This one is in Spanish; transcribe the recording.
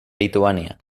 lituania